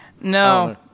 No